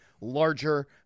larger